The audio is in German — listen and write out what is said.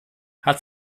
hat